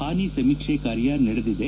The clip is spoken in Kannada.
ಹಾನಿ ಸಮೀಕ್ಷೆ ಕಾರ್ಯ ನಡೆದಿದೆ